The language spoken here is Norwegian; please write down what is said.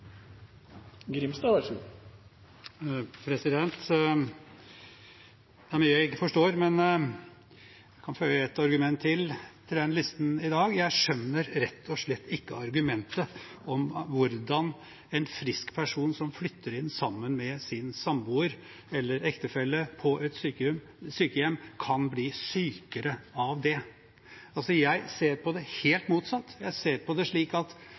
mye jeg ikke forstår, men jeg kan føye nok et argument til den listen i dag: Jeg skjønner rett og slett ikke argumentet om hvordan en frisk person som flytter inn sammen med sin samboer eller ektefelle på et sykehjem, kan bli sykere av det. Jeg ser på det helt motsatt. Jeg ser på det slik at